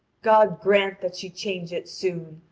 god grant that she change it soon!